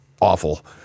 awful